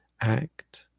act